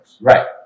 Right